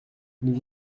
nous